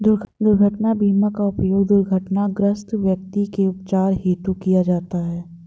दुर्घटना बीमा का उपयोग दुर्घटनाग्रस्त व्यक्ति के उपचार हेतु किया जाता है